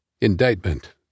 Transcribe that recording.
Indictment